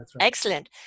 Excellent